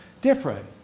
Different